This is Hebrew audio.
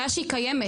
הבעיה שהיא קיימת.